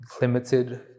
limited